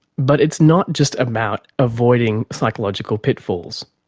but it's not just about avoiding psychological pitfalls.